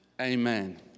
Amen